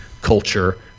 culture